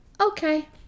Okay